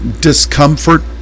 discomfort